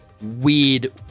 weird